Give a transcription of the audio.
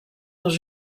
dels